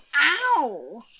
Ow